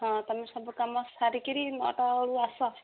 ହଁ ତୁମେ ସବୁ କାମ ସାରିକିରି ନଅଟା ବେଳକୁ ଆସ